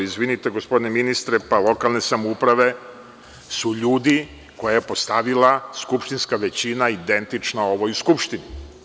Izvinite, gospodine ministre, pa lokalne samouprave su ljudi koje je postavila skupštinska većina identična ovoj u Skupštini.